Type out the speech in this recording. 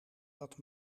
dat